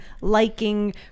liking